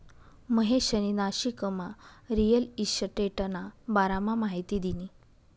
महेशनी नाशिकमा रिअल इशटेटना बारामा माहिती दिनी